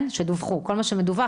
כל מה שמדווח,